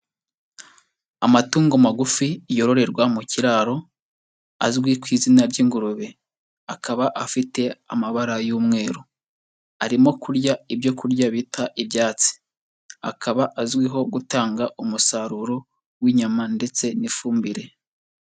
Amatungo magufi yororerwa mu kiraro azwi ku izina ry'ingurube, akaba afite amabara y'umweru, arimo kurya ibyo kurya bita ibyatsi, akaba azwiho gutanga umusaruro w'inyama ndetse n'ifumbire.